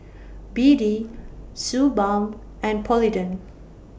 B D Suu Balm and Polident